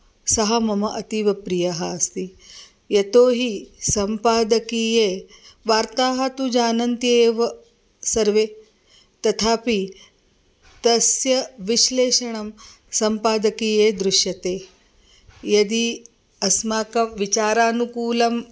सः मम अतीव प्रियः अस्ति यतो हि सम्पादकीये वार्ताः तु जानन्ति एव सर्वे तथापि तस्य विश्लेषणं सम्पादकीये दृश्यते यदि अस्माकं विचारानुकूलं